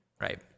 right